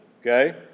Okay